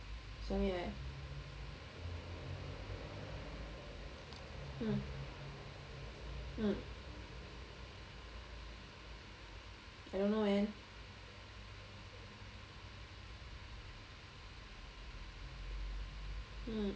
hmm mm I don't know man mm